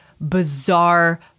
bizarre